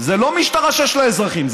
זה לא משטרה שיש לה אזרחים,